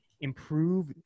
improve